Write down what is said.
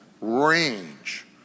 range